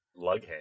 lughead